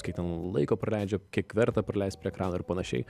kiek ten laiko praleidžia kiek verta praleist prie ekrano ir panašiai